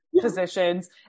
positions